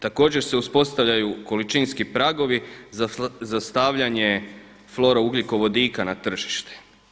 Također se uspostavljaju količinski pragovi za stavljanje florougljikovodika na tržište.